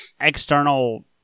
external